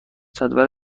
جدول